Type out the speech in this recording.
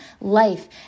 life